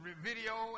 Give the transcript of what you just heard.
video